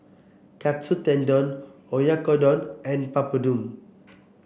Katsu Tendon Oyakodon and Papadum